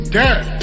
dare